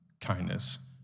Kindness